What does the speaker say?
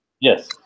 Yes